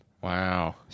Wow